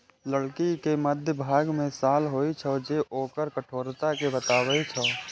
लकड़ी के मध्यभाग मे साल होइ छै, जे ओकर कठोरता कें बतबै छै